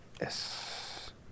Yes